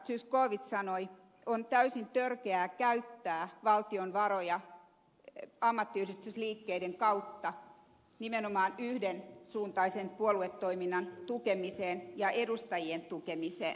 zyskowicz sanoi on täysin törkeää käyttää valtion varoja ammattiyhdistysliikkeiden kautta nimenomaan yhdensuuntaisen puoluetoiminnan tukemiseen ja edustajien tukemiseen